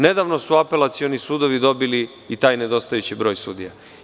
Nedavno su Apelacioni sudovi dobili i taj nedostajući broj sudija.